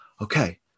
okay